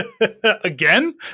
again